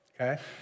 Okay